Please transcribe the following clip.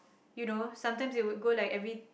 you know sometimes you would go like every